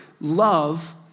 love